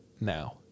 now